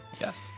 Yes